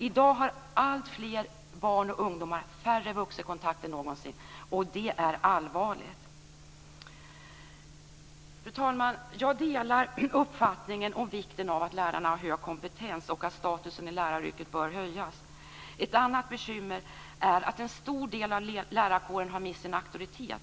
I dag har alltfler barn och ungdomar färre vuxenkontakter än någonsin, och det är allvarligt. Fru talman! Jag delar uppfattningen om vikten av att lärarna har hög kompetens och att statusen i läraryrket bör höjas. Ett annat bekymmer är att en stor del av lärarkåren har mist sin auktoritet.